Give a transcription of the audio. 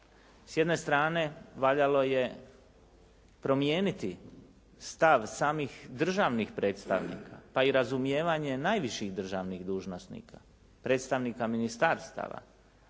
S jedne strane valjalo je promijeniti stav samih državnih predstavnika pa i razumijevanje najviših državnih dužnosnika, predstavnika ministarstava